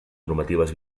normatives